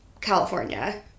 California